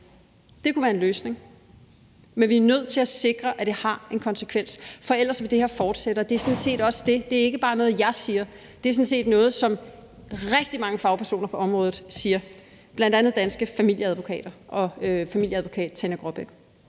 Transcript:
Det kunne være en løsning. Men vi er nødt til at sikre, at det har en konsekvens, for ellers vil det her fortsætte. Det er ikke bare noget, jeg siger, det er sådan set noget, som rigtig mange fagpersoner på området siger, bl.a. Danske Familieadvokater og familieadvokat Tanja Graabæk.